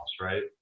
right